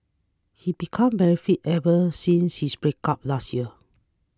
he became very fit ever since his breakup last year